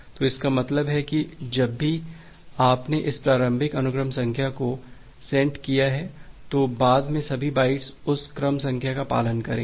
तो इसका मतलब है कि जब भी आपने इस प्रारंभिक अनुक्रम संख्या को सेट किया है तो बाद के सभी बाइट्स उस क्रम संख्या का पालन करेंगे